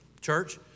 church